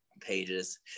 pages